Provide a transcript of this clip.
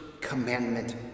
commandment